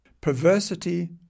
Perversity